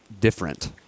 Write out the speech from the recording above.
different